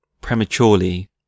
prematurely